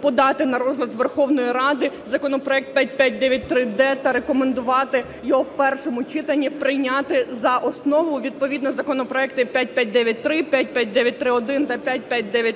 подати на розгляд Верховної Ради законопроект 5593-д та рекомендувати його в першому читанні прийняти за основу, відповідно законопроекти 5593, 5593-1, 5593-2